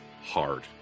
hard